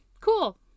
cool